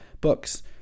books